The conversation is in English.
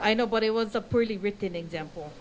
i know but it was a poorly written example